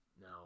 No